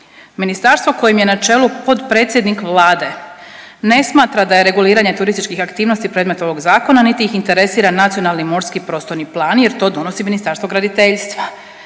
Ministarstvo kojem je na čelu potpredsjednik Vlade, ne smatra da je reguliranje turističkih aktivnosti predmet ovog Zakona niti ih interesira nacionalni morski prostorni plan jer to donosi Ministarstvo graditeljstva.